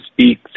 speak